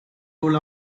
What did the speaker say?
rule